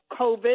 COVID